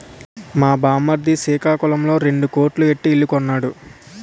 మా బామ్మర్ది సికాకులంలో రెండు కోట్లు ఎట్టి ఇల్లు కొన్నాడు